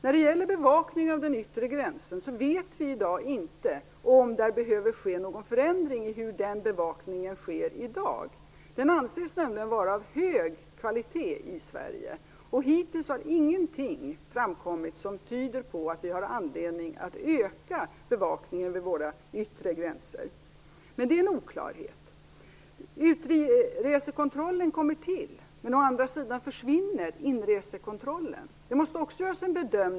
När det gäller bevakning av den yttre gränsen vet vi inte i dag om det behöver ske någon förändring i förhållande till hur bevakningen sker i dag. Den anses nämligen vara av hög kvalitet i Sverige. Hittills har ingenting framkommit som tyder på att vi har anledning att öka bevakningen vid våra yttre gränser. Men om detta råder det oklarhet. Utresekontrollen kommer till, men å andra sidan försvinner inresekontrollen.